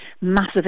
massive